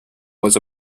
was